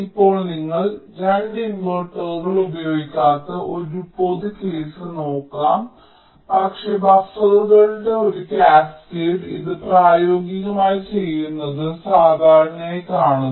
ഇപ്പോൾ നിങ്ങൾ 2 ഇൻവെർട്ടറുകൾ ഉപയോഗിക്കാത്ത ഒരു പൊതു കേസ് നോക്കാം പക്ഷേ ബഫറുകളുടെ ഒരു കാസ്കേഡ് ഇത് പ്രായോഗികമായി ചെയ്യുന്നത് സാധാരണയായി കാണുന്നു